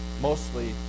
Mostly